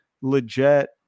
Legit